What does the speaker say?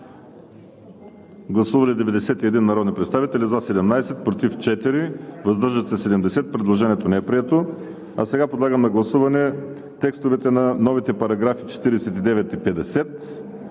Гласували 91 народни представители: за 17, против 4, въздържали се 70. Предложението не е прието. Подлагам на гласуване текстовете на: нови параграфи 49 и 50;